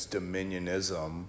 Dominionism